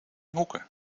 hoeken